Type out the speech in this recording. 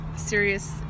Serious